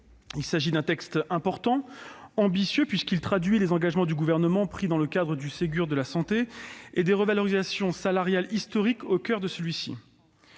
Il s'agit d'un texte important, ambitieux, puisqu'il traduit les engagements du Gouvernement pris dans le cadre du Ségur de la santé et les revalorisations salariales historiques décidées